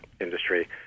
industry